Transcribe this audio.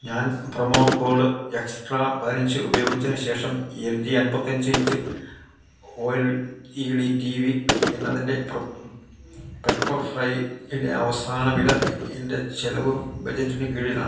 ഞാൻ promo code extra പതിനഞ്ച് പ്രയോഗിച്ചതിനുശേഷം എൽ ജി അൻപത്തിയഞ്ച് inch O L E D T V എന്നതിൻ്റെ പ്രപ് പെപ്പർഫ്രൈയിലെ അവസാന വില എൻ്റെ ചെലവു ബജറ്റിനു കീഴിലാണ്